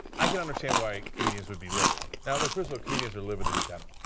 i can understand why comedians would be livid. yeah like first of all, comedians are livid in general.